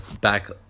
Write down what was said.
back